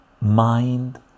mind